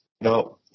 No